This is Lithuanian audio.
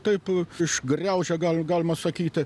taip išgriaužė gal galima sakyti